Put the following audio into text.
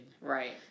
Right